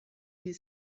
die